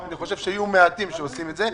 אני חושב שיהיו מעטים שעשו את זה.